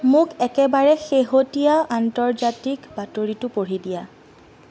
মোক একেবাৰে শেহতীয়া আন্তৰ্জাতিক বাতৰিটো পঢ়ি দিয়া